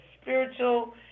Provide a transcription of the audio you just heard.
spiritual